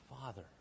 Father